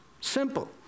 Simple